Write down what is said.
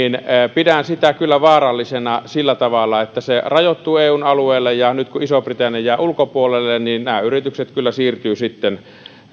pidän kyllä vaarallisena sillä tavalla että se rajoittuu eun alueelle ja nyt kun iso britannia jää ulkopuolelle nämä yritykset kyllä siirtyvät sitten